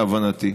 להבנתי.